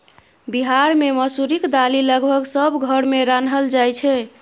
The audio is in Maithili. बिहार मे मसुरीक दालि लगभग सब घर मे रान्हल जाइ छै